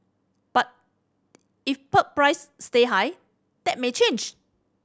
but if pulp price stay high that may change